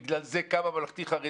בגלל זה קם הממלכתי-חרדי.